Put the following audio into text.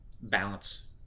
balance